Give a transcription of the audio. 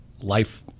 life